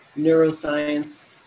neuroscience